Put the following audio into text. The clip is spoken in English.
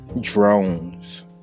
drones